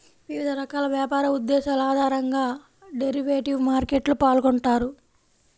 వివిధ రకాల వ్యాపార ఉద్దేశాల ఆధారంగా డెరివేటివ్ మార్కెట్లో పాల్గొంటారు